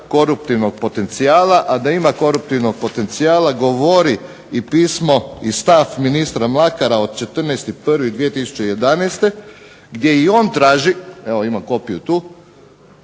koruptivnog potencijala. A da ima koruptivnog potencijala govori i pismo i stav ministra Mlakara od 14.01.2011. gdje i on traži, evo imam kopiju tu,